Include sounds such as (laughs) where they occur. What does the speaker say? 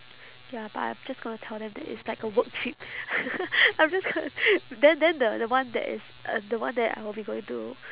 ya but I'm just gonna tell them that it's like a work trip (laughs) I'm just gonna then then the the one that is uh the one that I will be going to